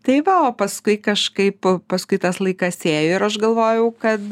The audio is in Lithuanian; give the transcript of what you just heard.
tai va o paskui kažkaip paskui tas laikas ėjo ir aš galvojau kad